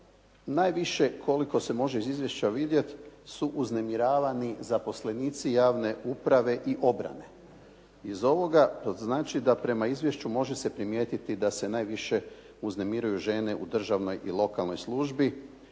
Najviše koliko se može iz izvješća vidjeti su uznemiravani zaposlenici javne uprave i obrane. Iz ovoga to znači da prema izvješću može se primijetiti da se najviše uznemiruju žene u državnoj i lokalnoj službi